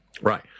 Right